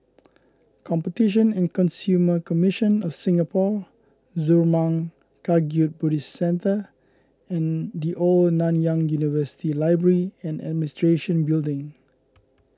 Competition and Consumer Commission of Singapore Zurmang Kagyud Buddhist Centre and the Old Nanyang University Library and Administration Building